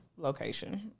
location